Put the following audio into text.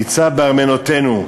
ניצב בארמונותינו.